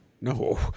no